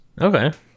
okay